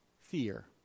Fear